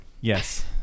Yes